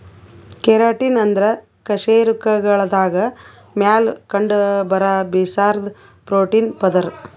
keratin ಅಂದ್ರ ಕಶೇರುಕಗಳ್ದಾಗ ಮ್ಯಾಲ್ ಕಂಡಬರಾ ಬಿರ್ಸಾದ್ ಪ್ರೋಟೀನ್ ಪದರ್